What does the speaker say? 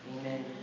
Amen